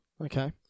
Okay